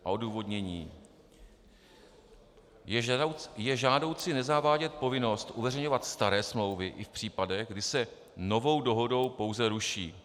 Odůvodnění: Je žádoucí nezavádět povinnost uveřejňovat staré smlouvy i v případech, kdy se novou dohodou pouze ruší.